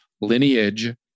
lineage